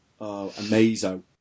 Amazo